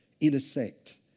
intersect